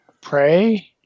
pray